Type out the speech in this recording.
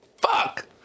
Fuck